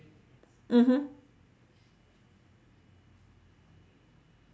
mmhmm